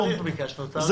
תאריך ביקשנו, תאריך.